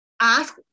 ask